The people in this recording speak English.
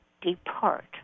depart